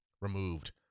removed